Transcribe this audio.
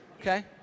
okay